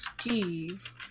Steve